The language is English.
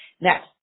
Now